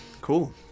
cool